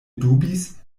dubis